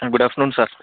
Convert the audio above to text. ആ good afternoon sir